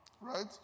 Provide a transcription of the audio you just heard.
Right